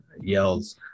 Yells